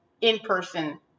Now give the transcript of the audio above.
in-person